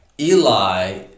Eli